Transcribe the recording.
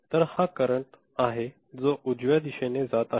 तरहा करंट आहे जो उजव्या दिशेने जात आहे